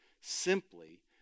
simply